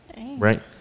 Right